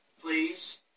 please